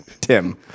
Tim